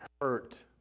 hurt